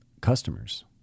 customers